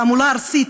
תעמולה ארסית,